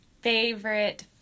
Favorite